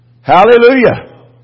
Hallelujah